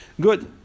Good